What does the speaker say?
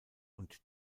und